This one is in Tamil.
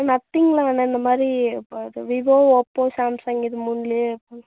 நத்திங்கில் வேணாம் இந்த மாதிரி இப்போ அது விவோ ஓப்போ சாம்சங் இது மூணிலே